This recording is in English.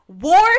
War